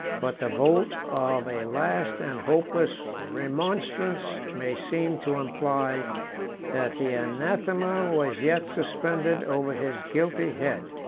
but the vote of a last and hopeless remonstrance may seem to imply that the anathema was yet suspended over his guilty head.